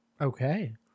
Okay